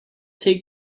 take